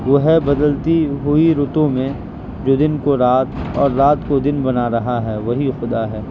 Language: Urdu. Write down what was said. وہ ہے بدلتی ہوئی رتوں میں جو دن کو رات اور رات کو دن بنا رہا ہے وہی خدا ہے